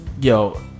yo